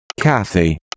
Kathy